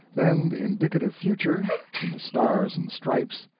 then the indicative future in the stars and stripes,